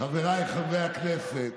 איך אחד מחברי הכנסת